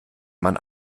man